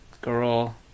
girl